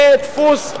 זה דפוס,